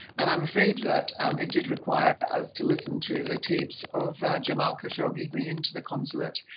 and i'm afraid that it did require us to listen to the tapes of jamal khashoggi going into the consulate,